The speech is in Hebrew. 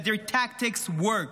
that their tactics work.